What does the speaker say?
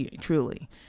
truly